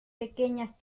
pequeñas